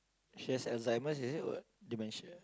she has Alzheimer's is it or what dementia